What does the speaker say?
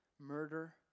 murder